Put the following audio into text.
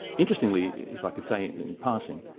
interestingly, if i could say in passing,